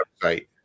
website